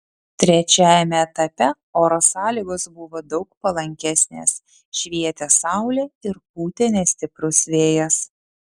trečiajame etape oro sąlygos buvo daug palankesnės švietė saulė ir pūtė nestiprus vėjas